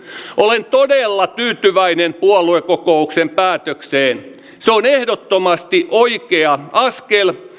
olen todella tyytyväinen puoluekokouksen päätökseen se on ehdottomasti oikea askel